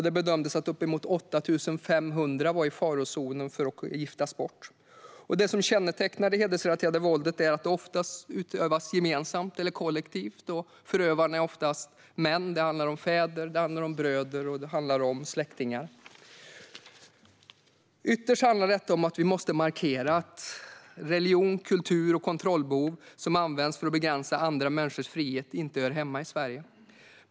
Det bedömdes att uppemot 8 500 var i farozonen för att giftas bort. Det som kännetecknar det hedersrelaterade våldet är att det oftast utövas gemensamt eller kollektivt, och förövarna är oftast män. Det handlar om fäder, bröder och släktingar. Ytterst handlar det om att vi måste markera att religion, kultur och kontrollbehov som används för att begränsa andra människors frihet inte hör hemma i Sverige.